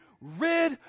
rid